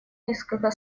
несколько